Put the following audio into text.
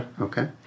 Okay